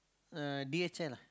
uh d_h_l lah